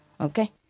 okay